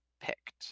picked